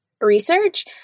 research